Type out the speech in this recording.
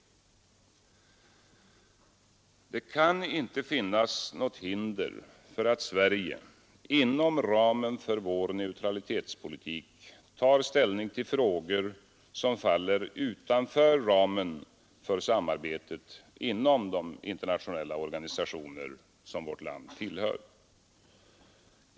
Det kan inte finnas något hinder för att Sverige inom ramen för vår neutralitetspolitik tar ställning till frågor, som faller utanför ramen för samarbetet inom de internationella organisationer som vårt land tillhör.